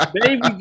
baby